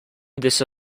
this